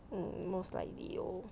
mm most likely lor